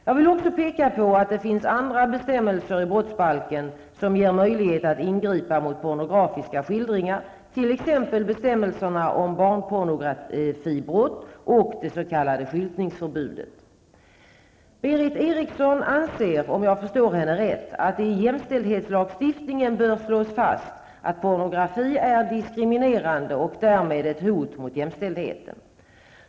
Jag vill också peka på att det finns andra bestämmelser i brottsbalken som ger möjlighet att ingripa mot pornografiska skildringar, t.ex. Berith Eriksson anser, om jag förstår henne rätt, att det i jämställdhetslagstiftningen bör slås fast att pornografi är diskriminerande och därmed ett hot mot jämställdheten.